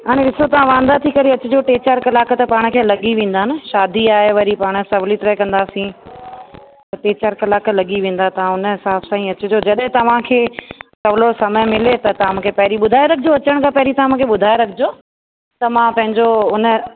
हाणे ॾिसो तव्हां वांदा थी करे अचिजो टे चारि कलाक त पाण खे लॻी वेंदा न शादी आहे वरी पाण सवली तरह कंदासीं त टे चारि कलाक लॻी वेंदा तव्हां उन ई हिसाब सां ई अचिजो जॾहिं तव्हांखे सवलो समय मिले त तव्हां मूंखे पहिरीं ॿुधाए रखिजो अचण खां पहिरीं तव्हां मूंखे ॿुधाए रखिजो त मां पंहिंजो उन